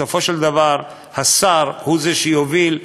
בסופו של דבר השר הוא זה שיוביל,